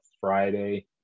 friday